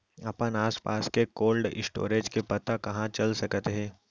अपन आसपास के कोल्ड स्टोरेज के पता कहाँ चल सकत हे?